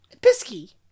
Pisky